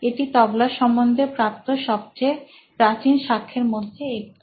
এটি তবলা সম্বন্ধে প্রাপ্ত সবচেয়ে প্রাচীন সাক্ষ্যের মধ্যে একটি